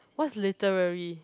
what's literary